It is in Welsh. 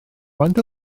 faint